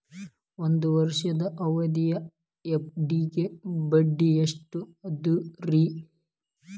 ಒಂದ್ ವರ್ಷದ ಅವಧಿಯ ಎಫ್.ಡಿ ಗೆ ಬಡ್ಡಿ ಎಷ್ಟ ಅದ ರೇ?